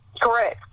Correct